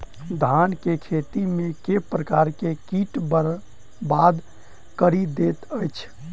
धान केँ खेती मे केँ प्रकार केँ कीट बरबाद कड़ी दैत अछि?